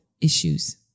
issues